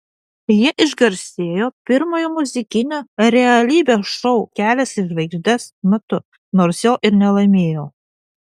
ji išgarsėjo pirmojo muzikinio realybės šou kelias į žvaigždes metu nors jo ir nelaimėjo